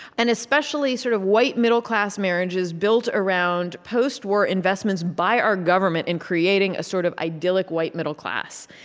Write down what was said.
and especially sort of white, middle-class marriages built around post-war investments by our government in creating a sort of idyllic white middle class.